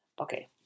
Okay